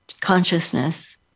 consciousness